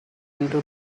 into